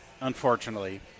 unfortunately